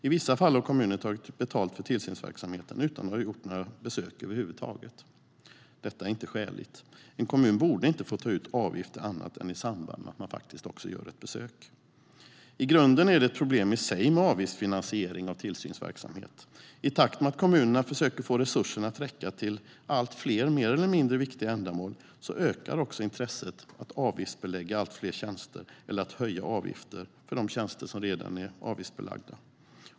I vissa fall har kommuner tagit betalt för tillsynsverksamheten utan att ha gjort några besök över huvud taget. Detta är inte skäligt. En kommun borde inte få ta ut avgifter annat än i samband med att man faktiskt också gör ett besök. I grunden är det ett problem i sig med avgiftsfinansiering av tillsynsverksamhet. I takt med att kommunerna försöker få resurserna att räcka till allt fler mer eller mindre viktiga ändamål ökar intresset av att avgiftsbelägga allt fler tjänster eller att höja avgifterna för de tjänster som redan är avgiftsbelagda.